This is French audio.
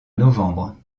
novembre